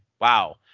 wow